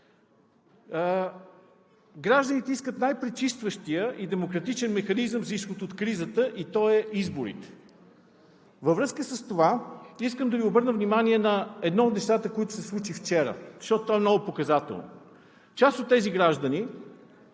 Гражданите искат най-пречистващия и демократичен механизъм за изход от кризата и той е изборите. Във връзка с това искам да Ви обърна внимание на едно от нещата, които се случиха вчера, защото то е много показателно, част от тези граждани